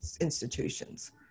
institutions